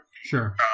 Sure